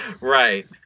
Right